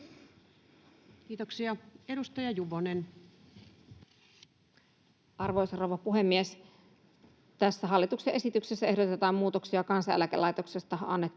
Time: 14:56 Content: Arvoisa rouva puhemies! Tässä hallituksen esityksessä ehdotetaan muutoksia Kansaneläkelaitoksesta annettuun